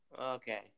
Okay